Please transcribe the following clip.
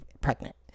pregnant